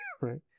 right